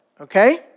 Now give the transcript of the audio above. Okay